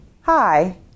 Hi